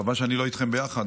חבל שאני לא איתכם ביחד.